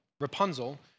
Rapunzel